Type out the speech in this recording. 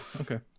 okay